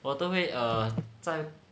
我都会 err 在